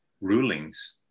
rulings